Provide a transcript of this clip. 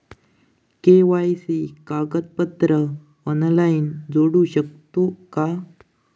KYC कागदपत्रा online जोडू शकतू का?